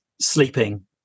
sleeping